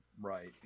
Right